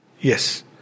Yes